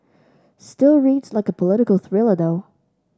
still reads like a political thriller though